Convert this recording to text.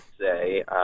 say